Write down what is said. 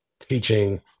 teaching